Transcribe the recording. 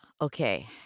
Okay